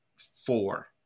four